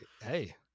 Hey